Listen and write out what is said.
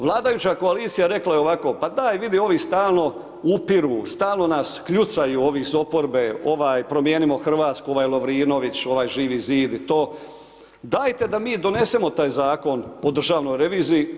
Vladajuća koalicija rekla je ovako – pa daj vidi, ovi stalno upiru, stalno nas kljucaju ovi iz oporbe, ovaj Promijenimo Hrvatsku ovaj Lovrinović, ovaj Živi zid i to – dajte da mi donesemo taj Zakon o državnoj reviziji.